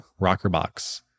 Rockerbox